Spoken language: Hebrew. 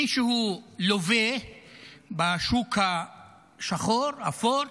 מישהו לווה בשוק השחור, האפור,